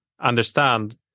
understand